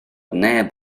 neb